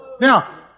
Now